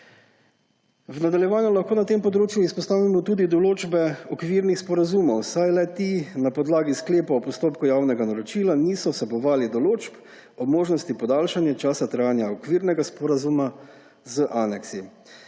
V nadaljevanju lahko na tem področju izpostavimo tudi določbe okvirnih sporazumov, saj le-ti na podlagi sklepov o postopku javnega naročila niso vsebovali določb o možnosti podaljšanja časa trajanja okvirnega sporazuma z aneksi.